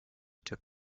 took